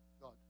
God